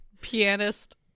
pianist